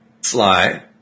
Sly